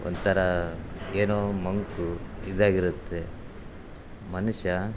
ಒಂಥರ ಏನೋ ಮಂಕು ಇದ್ದಾಗಿರುತ್ತೆ ಮನುಷ್ಯ